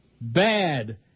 Bad